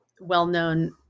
well-known